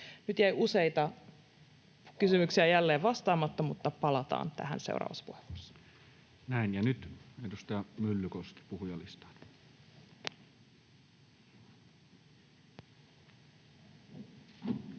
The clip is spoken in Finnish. Nyt jäi useita kysymyksiä jälleen vastaamatta, [Petri Huru: Valkoposket!] mutta palataan tähän seuraavassa puheenvuorossa. Näin. — Ja nyt edustaja Myllykoski, puhujalistaan.